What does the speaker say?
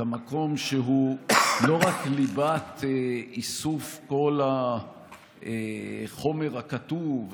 כמקום שהוא לא רק ליבת איסוף כל החומר הכתוב,